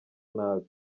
nabi